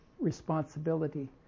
responsibility